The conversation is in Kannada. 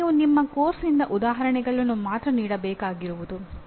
ಇಲ್ಲಿ ನೀವು ನಿಮ್ಮ ಪಠ್ಯಕ್ರಮದಿಂದ ಉದಾಹರಣೆಗಳನ್ನು ಮಾತ್ರ ನೀಡಬೇಕಾಗಿರುವುದು